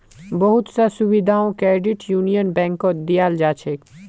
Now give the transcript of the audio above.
बहुत स सुविधाओ क्रेडिट यूनियन बैंकत दीयाल जा छेक